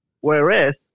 Whereas